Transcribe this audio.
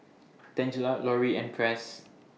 Tangela Lorie and Press